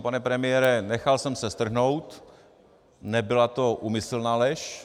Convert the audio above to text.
Pane premiére, nechal jsem se strhnout, nebyla to úmyslná lež.